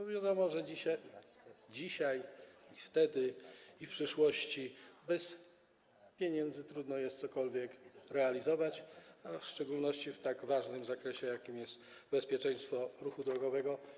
Wiadomo, że dzisiaj i wtedy, i w przyszłości bez pieniędzy trudno jest cokolwiek realizować, w szczególności w tak ważnym zakresie, jakim jest bezpieczeństwo ruchu drogowego.